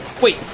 Wait